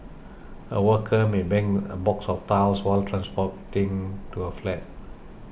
a worker may bang a box of tiles while transporting to a flat